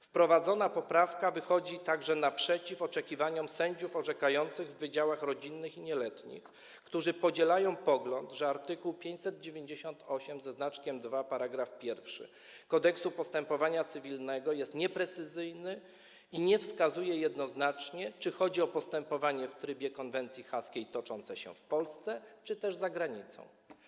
Wprowadzona poprawka wychodzi także naprzeciw oczekiwaniom sędziów orzekających w wydziałach rodzinnych i nieletnich, którzy podzielają pogląd, że art. 598 § 1 Kodeksu postępowania cywilnego jest nieprecyzyjny i nie wskazuje jednoznacznie, czy chodzi o postępowanie w trybie konwencji haskiej toczące się w Polsce czy też za granicą.